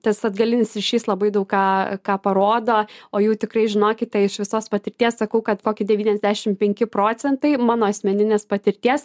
tas atgalinis ryšys labai daug ką ką parodo o jų tikrai žinokite iš visos patirties sakau kad kokį devyniasdešimt penki procentai mano asmeninės patirties